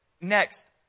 Next